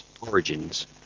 origins